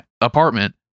apartment